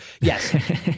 yes